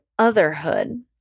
Otherhood